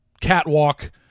catwalk